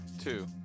Two